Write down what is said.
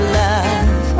love